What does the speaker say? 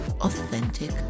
authentic